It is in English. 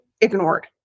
ignored